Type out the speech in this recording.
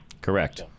Correct